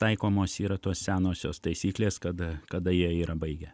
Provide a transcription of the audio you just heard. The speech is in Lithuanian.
taikomos yra tos senosios taisyklės kad kada jie yra baigę